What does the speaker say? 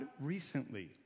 recently